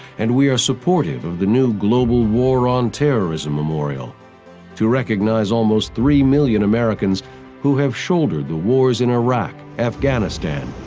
and is supportive of the new global war on terrorism memorial to recognize almost three million americans who have shouldered the wars in iraq, afghanistan,